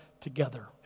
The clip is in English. together